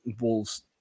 Wolves